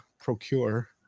procure